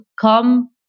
come